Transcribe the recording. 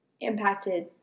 impacted